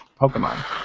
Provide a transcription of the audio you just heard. pokemon